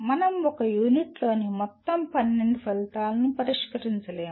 మనం ఒక యూనిట్లోని మొత్తం 12 ఫలితాలను పరిష్కరించలేము